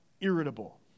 irritable